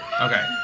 Okay